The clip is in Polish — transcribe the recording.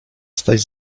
staś